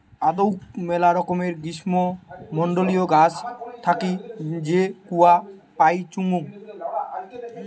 আদৌক মেলা রকমের গ্রীষ্মমন্ডলীয় গাছ থাকি যে কূয়া পাইচুঙ